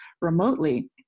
remotely